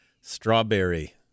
Strawberry